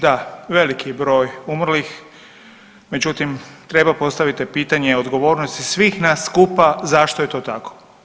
Da, veliki broj umrlih, međutim treba postaviti pitanje odgovornosti svih nas skupa zašto je to tako.